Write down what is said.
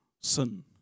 sin